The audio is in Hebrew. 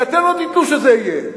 כי אתם לא תיתנו שזה יהיה.